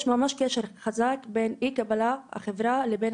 יש ממש קשר חזק בין אי קבלה לחברה לבין